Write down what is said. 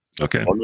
Okay